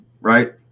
Right